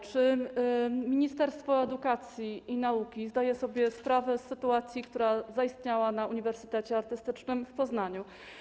Czy Ministerstwo Edukacji i Nauki zdaje sobie sprawę z sytuacji, która zaistniała na Uniwersytecie Artystycznym w Poznaniu?